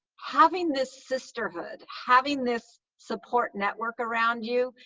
having this sisterhood, having this support network around you,